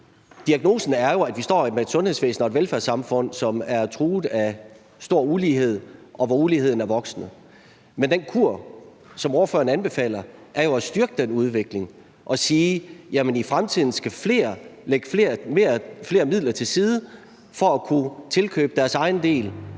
diagnosen er jo, at vi står med et sundhedsvæsen og velfærdssamfund, som er truet af stor ulighed, og hvor uligheden er voksende. Men den kur, som ordføreren anbefaler, er jo at styrke den udvikling og sige, at i fremtiden skal flere lægge flere midler til side for at kunne tilkøbe deres egen del